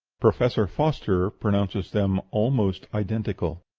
professor foster pronounces them almost identical.